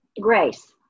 Grace